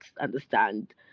understand